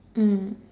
mm